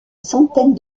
centaine